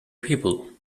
people